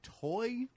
toy